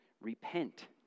Repent